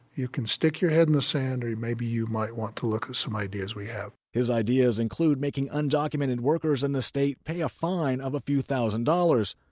you can stick your head in the sand, or maybe you might want to look at some ideas we have his ideas include making undocumented workers in the state pay a fine of a few thousand dollars.